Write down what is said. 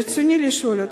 ברצוני לשאול אותך: